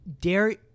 Dairy